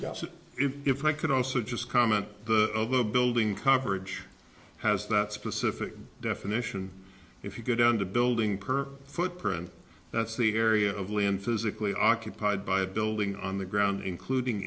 s if i could also just comment the other building coverage has that specific definition if you go down the building per footprint that's the area of land physically occupied by a building on the ground including